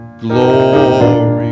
Glory